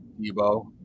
Debo